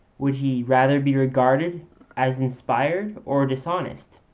would he rather be regarded as inspired or dishonest